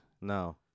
No